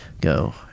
go